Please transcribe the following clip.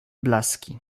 blaski